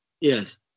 Yes